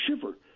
shiver